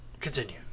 continue